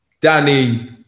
Danny